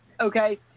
Okay